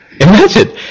Imagine